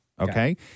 Okay